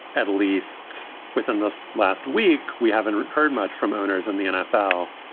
at least within this last week, we haven't heard much from owners in the nfl,